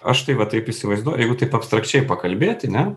aš tai va taip įsivaizduoju jeigu taip abstrakčiai pakalbėti ne